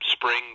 spring